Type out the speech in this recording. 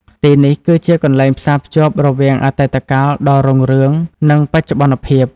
ទីនេះគឺជាកន្លែងផ្សារភ្ជាប់រវាងអតីតកាលដ៏រុងរឿង និងបច្ចុប្បន្នភាព។